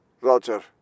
Roger